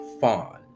fawn